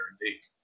indeed